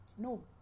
No